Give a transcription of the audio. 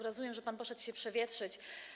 Rozumiem, że pan poszedł się przewietrzyć.